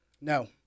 No